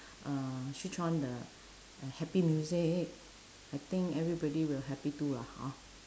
uh switch on the happy music I think everybody will happy too lah hor